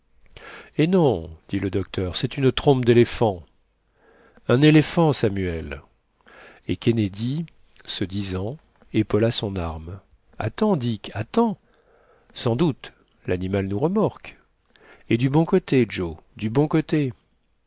eh non dit le docteur c'est une trompe d'éléphant un éléphant samuel et kennedy ce disant épaula son arme attends dick attends sans doute l'animal nous remorque et du bon côté joe du bon côté